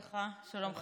שלום לך, שלום חברים.